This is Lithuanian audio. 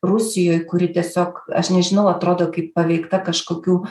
rusijoj kuri tiesiog aš nežinau atrodo kaip paveikta kažkokių